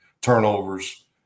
turnovers